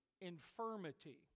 infirmity